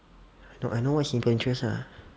no I know what's simple interest lah